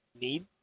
need